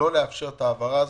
לא לאפשר את הוועדה הזאת.